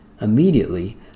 Immediately